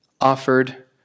offered